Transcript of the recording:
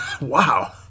wow